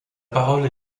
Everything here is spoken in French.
parole